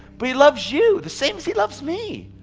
but he loves you the same as he loves me.